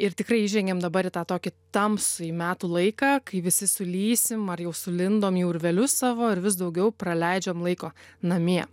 ir tikrai įžengėm dabar į tą tokį tamsųjį metų laiką kai visi sulįsim ar jau sulindom į urvelius savo ir vis daugiau praleidžiam laiko namie